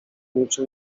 niczym